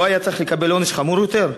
לא היה צריך לקבל עונש חמור יותר?